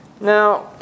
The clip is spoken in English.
Now